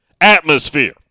atmosphere